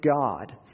God